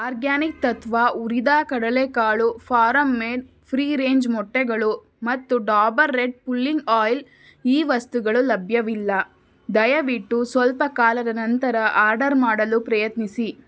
organic Tattva ಹುರಿದ ಕಡಲೇ ಕಾಳು ಫಾರಂ ಮೇಡ್ ಫ್ರೀ ರೇಂಜ್ ಮೊಟ್ಟೆಗಳು ಮತ್ತು ಡಾಬರ್ ರೆಡ್ ಪುಲ್ಲಿಂಗ್ ಆಯಿಲ್ ಈ ವಸ್ತುಗಳು ಲಭ್ಯವಿಲ್ಲ ದಯವಿಟ್ಟು ಸ್ವಲ್ಪ ಕಾಲದ ನಂತರ ಆರ್ಡರ್ ಮಾಡಲು ಪ್ರಯತ್ನಿಸಿ